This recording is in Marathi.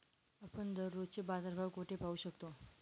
आपण दररोजचे बाजारभाव कोठे पाहू शकतो?